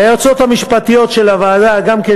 ליועצות המשפטיות של הוועדה גם כן,